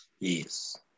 Yes